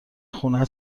خونه